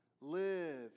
live